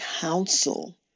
Counsel